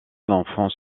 l’enfant